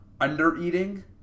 undereating